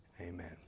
Amen